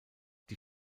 die